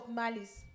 malice